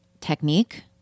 technique